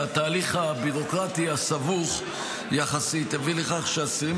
והתהליך הביורוקרטי הסבוך יחסית הביא לכך שאסירים